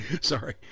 Sorry